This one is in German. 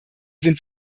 sind